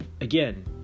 again